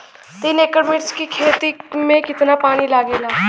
तीन एकड़ मिर्च की खेती में कितना पानी लागेला?